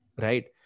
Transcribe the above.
Right